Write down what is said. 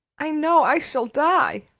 i know i shall die.